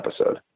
episode